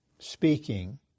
Speaking